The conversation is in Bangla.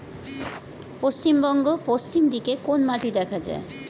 পশ্চিমবঙ্গ পশ্চিম দিকে কোন মাটি দেখা যায়?